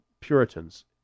Puritans